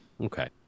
Okay